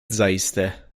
zaiste